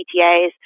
PTAs